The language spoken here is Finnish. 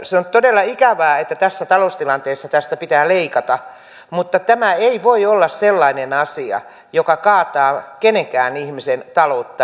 se on todella ikävää että tässä taloustilanteessa tästä pitää leikata mutta tämä ei voi olla sellainen asia joka kaataa kenenkään ihmisen taloutta nurin